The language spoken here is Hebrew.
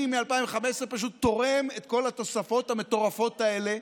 אני מ-2015 פשוט תורם את כל התוספות המטורפות האלה,